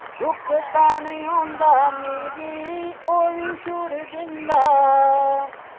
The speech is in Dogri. दुक्ख तां नि औंदा मिगी ओह् बी छोड़ी दिन्दा हा